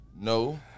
no